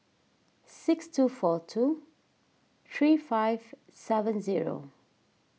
six two four two three five seven zero